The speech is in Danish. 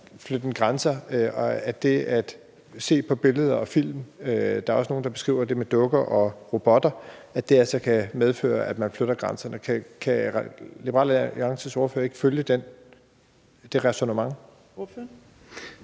flytten grænser og det at se på billeder og film – der er også nogle, der beskriver det med dukker og robotter – altså kan medføre, at man flytter grænserne. Kan Liberal Alliances ordfører ikke følge det ræsonnement?